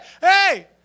hey